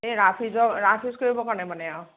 এই rough use এই rough use কৰিবৰ কাৰণে মানে আৰু